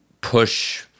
push